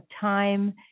time